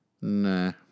Nah